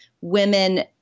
women